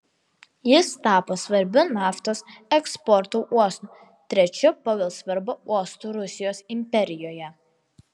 jis tapo svarbiu naftos eksporto uostu trečiu pagal svarbą uostu rusijos imperijoje